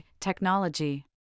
technology